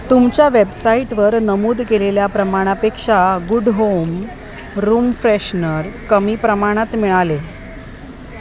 तुमच्या वॅबसाईटवर नमूद केलेल्या प्रमाणापेक्षा गुड होम रूम फ्रेशनर कमी प्रमाणात मिळाले